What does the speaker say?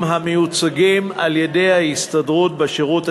המיוצגים על-ידי ההסתדרות בשירות הציבורי.